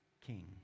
king